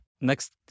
Next